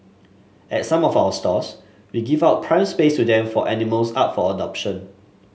at some of our stores we give out prime space to them for animals up for adoption